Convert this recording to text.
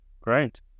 great